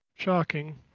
Shocking